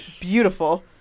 beautiful